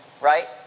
right